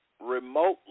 remotely